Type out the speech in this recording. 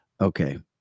Okay